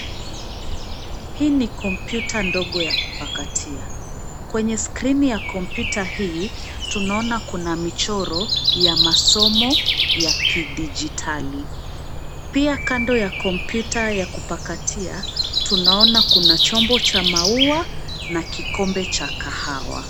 Hii ni kompyuta ndogo ya kupakatia{cs}. Kwenye skrini{cs} ya kompyuta hii, tunaona kuna michoro ya masomo ya kidigitali. Pia kando ya kompyuta ya kupakatia, tunaona kuna chombo cha maua na kikombe cha kahawai.